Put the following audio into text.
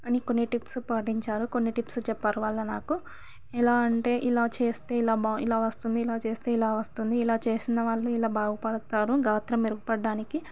అని కొన్ని టిప్స్ పాటించారు కొన్ని టిప్స్ చెప్పారు వాళ్ళు నాకు ఎలా అంటే ఇలా చేస్తే ఇలా బావ ఇలా చేస్తే ఇలా వస్తుంది ఇలా చేసిన వాళ్ళు ఇలా బాగుపడతారు గాత్రం మెరుగు పడడానికి